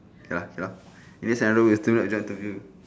okay lah okay lah in this scenario is to do with job interview